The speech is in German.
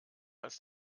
als